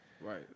Right